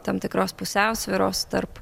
tam tikros pusiausvyros tarp